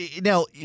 now